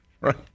Right